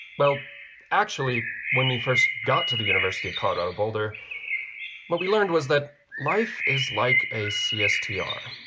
well actually when we first got to the university of colorado boulder what we learned was that life is like a cstr,